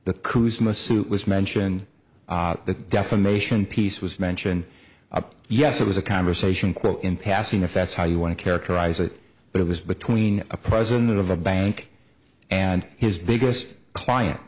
masoud was mentioned that defamation piece was mention up yes it was a conversation quote in passing if that's how you want to characterize it but it was between a president of a bank and his biggest client